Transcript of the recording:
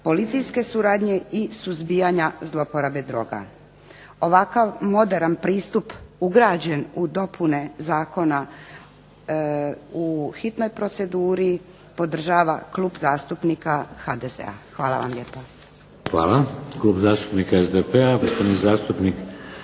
policijske suradnje i suzbijanja zlouporabe droga. Ovakav moderan pristup ugrađen u dopune Zakona u hitnoj proceduri podržava Klub zastupnika HDZ-a. Hvala vam lijepa.